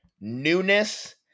newness